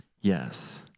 Yes